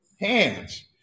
hands